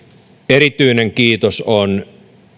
erityinen kiitos on